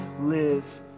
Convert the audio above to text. live